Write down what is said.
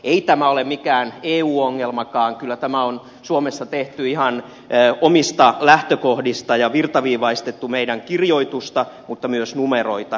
ei tämä ole mikään eu ongelmakaan kyllä tämä on suomessa tehty ihan omista lähtökohdista ja virtaviivaistettu meidän kirjoitustamme mutta myös numeroita